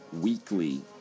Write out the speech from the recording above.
weekly